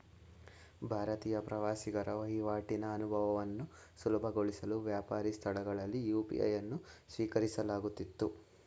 ಭಾರತೀಯ ಪ್ರವಾಸಿಗರ ವಹಿವಾಟಿನ ಅನುಭವವನ್ನು ಸುಲಭಗೊಳಿಸಲು ವ್ಯಾಪಾರಿ ಸ್ಥಳಗಳಲ್ಲಿ ಯು.ಪಿ.ಐ ಅನ್ನು ಸ್ವೀಕರಿಸಲಾಗುತ್ತಿತ್ತು